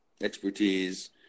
expertise